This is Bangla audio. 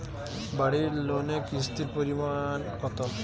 বাড়ি লোনে কিস্তির পরিমাণ কত?